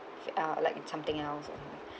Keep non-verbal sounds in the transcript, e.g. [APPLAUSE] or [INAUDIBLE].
[NOISE] uh like in something else or so